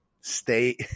stay